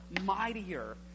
mightier